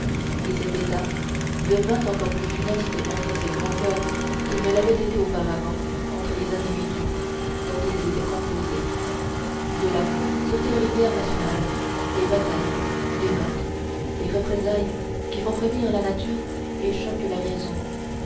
et cet état devint encore plus funeste entre ces grands corps qu'il ne l'avait été auparavant entre les individus dont ils étaient composés de là sortirent les guerres nationales les batailles les meurtres les représailles qui font frémir la nature et choquent la raison